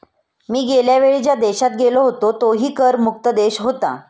मी गेल्या वेळी ज्या देशात गेलो होतो तोही कर मुक्त देश होता